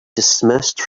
dismissed